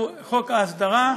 הוא חוק ההסדרה.